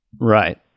Right